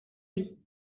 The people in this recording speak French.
vie